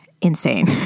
insane